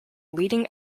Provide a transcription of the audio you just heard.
leading